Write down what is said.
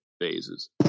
phases